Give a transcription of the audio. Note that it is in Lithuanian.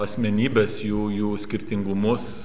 asmenybes jų jų skirtingumus